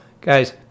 Guys